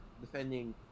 defending